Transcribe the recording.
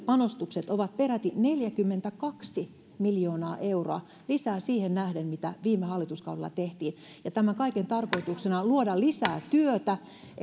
panostukset ovat peräti neljäkymmentäkaksi miljoonaa euroa lisää siihen nähden mitä viime hallituskaudella tehtiin tämän kaiken tarkoituksena on luoda lisää työtä